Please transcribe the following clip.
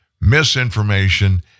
misinformation